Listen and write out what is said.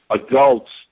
adults